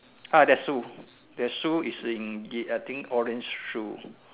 ah that shoe that shoe is in uh I think orange shoe